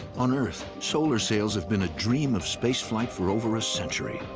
on earth, solar sails have been a dream of space flight for over a century,